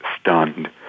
stunned